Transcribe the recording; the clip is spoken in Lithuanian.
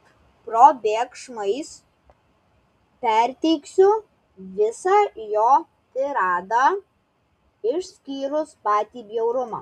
probėgšmais perteiksiu visą jo tiradą išskyrus patį bjaurumą